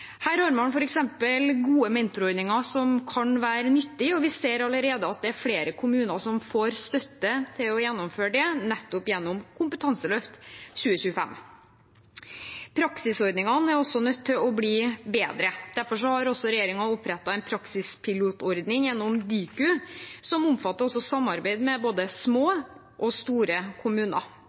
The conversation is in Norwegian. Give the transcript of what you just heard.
Her har man f.eks. gode mentorordninger, som kan være nyttig, og vi ser allerede at det er flere kommuner som får støtte til å gjennomføre det, gjennom nettopp Kompetanseløft 2025. Praksisordningene er også nødt til å bli bedre. Derfor har regjeringen opprettet en praksispilotordning gjennom Diku, som omfatter samarbeid med både små og store kommuner.